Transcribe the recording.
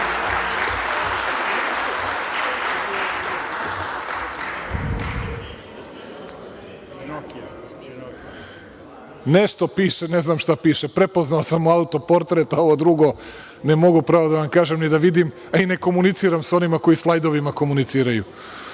nešto piše, ne znam šta piše. Prepoznao sam mu autoportret, a ovo drugo ne mogu, pravo da vam kažem ni da vidim, a i ne komuniciram sa onima koji slajdovima komuniciraju.